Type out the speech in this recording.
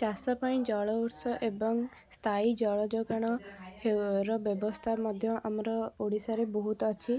ଚାଷପାଇଁ ଜଳଉତ୍ସ ଏବଂ ସ୍ଥାୟୀଜଳ ଯୋଗାଣ ହେଉର ବ୍ୟବସ୍ଥା ମଧ୍ୟ ଆମର ଓଡ଼ିଶାରେ ବହୁତ ଅଛି